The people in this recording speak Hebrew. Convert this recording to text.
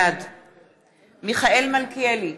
בעד מיכאל מלכיאלי,